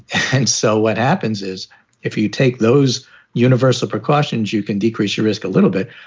and so what happens is if you take those universal precautions, you can decrease your risk a little bit.